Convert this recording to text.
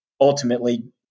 ultimately